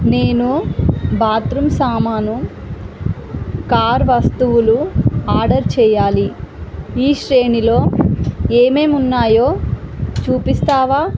నేను బాత్రూమ్ సామాను కార్ వస్తువులు ఆర్డర్ చేయాలి ఈ శ్రేణిలో ఏమేమి ఉన్నాయో చూపిస్తావా